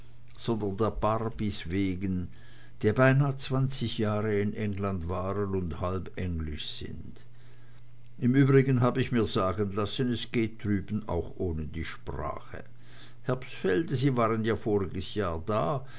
wegen die beinah zwanzig jahre in england waren und halb englisch sind im übrigen hab ich mir sagen lassen es geht drüben auch ohne die sprache herbstfelde sie waren ja voriges jahr da